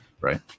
right